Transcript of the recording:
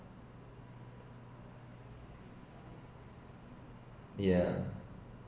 yeah